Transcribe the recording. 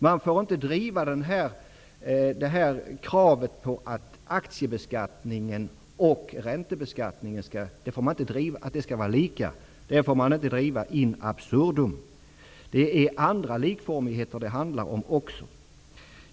Man får inte in absurdum driva kravet på att aktiebeskattningen och räntebeskattningen skall vara likformig. Det handlar också om andra likformigheter.